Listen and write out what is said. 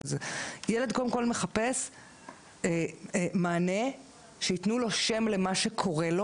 ילד קודם כל מחפש מענה, שייתנו לו שם למה שקורה לו